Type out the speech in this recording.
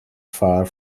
far